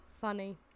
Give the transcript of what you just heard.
Funny